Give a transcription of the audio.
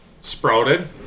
Sprouted